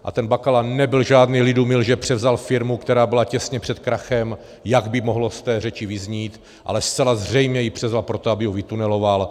A ten Bakala nebyl žádný lidumil, že převzal firmu, která byla těsně před krachem, jak by mohlo z té řeči vyznít, ale zcela zřejmě ji převzal proto, aby ji vytuneloval.